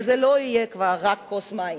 וזה לא יהיה כבר רק כוס מים,